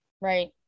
Right